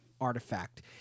artifact